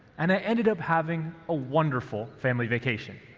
and i ended up having a wonderful family vacation.